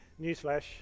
Newsflash